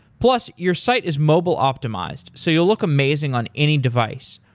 plus, your site is mobile optimized, so you'll look amazing on any device.